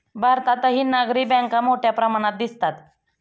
भारतातही नागरी बँका मोठ्या प्रमाणात दिसतात